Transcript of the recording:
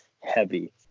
heavy